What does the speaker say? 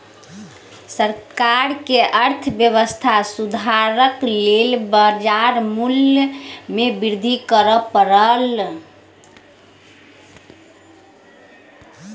सरकार के अर्थव्यवस्था सुधारक लेल बाजार मूल्य में वृद्धि कर पड़ल